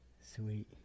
Sweet